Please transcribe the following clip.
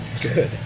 good